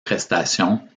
prestations